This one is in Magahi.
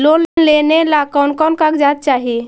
लोन लेने ला कोन कोन कागजात चाही?